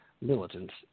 militants